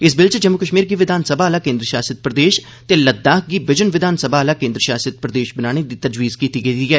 इस बिल च जम्मू कश्मीर गी विधानसभा आला केन्द्र शासित प्रदेश ते लद्वाख गी बिजन विधानसभा आहला केन्द्र शासित प्रदेश बनाने दी तजवीज कीती गेई ऐ